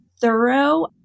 thorough